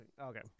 Okay